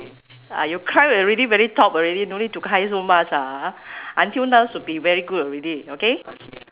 uh you climb already very top already no need to climb so much ah until now should be very good already okay